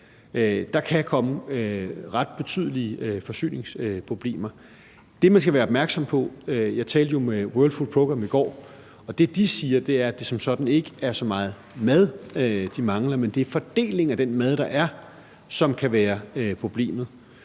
der komme ret betydelige forsyningsproblemer. Der er noget, man skal være opmærksom på. Jeg talte jo med World Food Programme i går, og det, de siger, er, at det som sådan ikke så meget er mad, de mangler, men at det er fordelingen af den mad, der er, som kan være problemet.